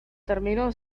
terminó